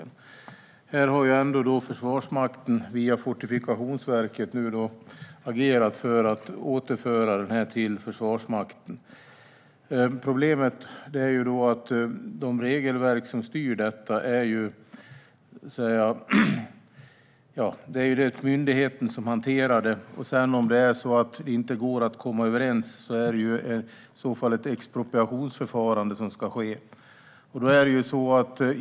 Nu har Försvarsmakten ändå, via Fortifikationsverket, agerat för att återföra hamnen till Försvarsmakten. Problemet är att det enligt regelverket är myndigheten som ska hantera det, och om det inte går att komma överens ska ett expropriationsförfarande ske.